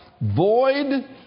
void